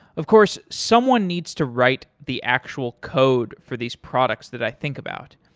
of course, someone needs to write the actual code for these products that i think about.